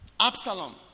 Absalom